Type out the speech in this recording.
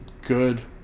good